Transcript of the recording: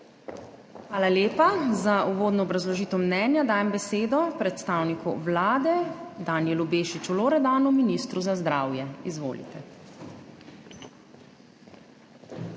Hvala lepa. Za uvodno obrazložitev mnenja dajem besedo predstavniku Vlade Danijelu Bešič Loredanu, ministru za zdravje. Izvolite.